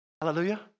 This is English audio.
Hallelujah